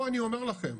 פה אני אומר לכם,